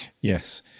Yes